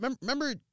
remember